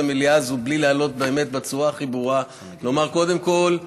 המליאה הזאת בלי לעלות ובצורה הכי ברורה לומר: קודם כול,